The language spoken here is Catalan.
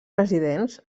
residents